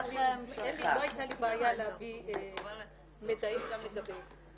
--- לא הייתה לי בעיה להביא מידעים גם לגבי זה.